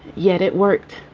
yet it worked.